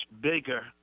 bigger